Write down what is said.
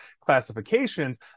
classifications